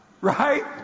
right